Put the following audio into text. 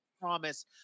promise